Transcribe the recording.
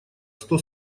сто